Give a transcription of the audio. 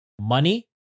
money